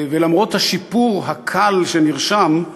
ולמרות השיפור הקל שנרשם,